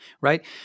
right